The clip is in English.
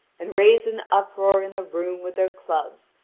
and raised an uproar in the room with their clubs,